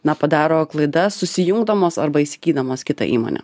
na padaro klaidas susijungdamos arba įsigydamos kitą įmonę